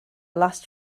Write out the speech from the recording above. last